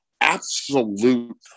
Absolute